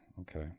okay